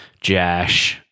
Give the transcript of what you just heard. Jash